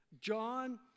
John